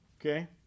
okay